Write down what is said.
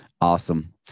Awesome